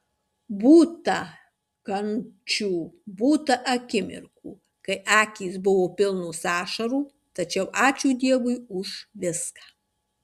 būta kančių būta akimirkų kai akys buvo pilnos ašarų tačiau ačiū dievui už viską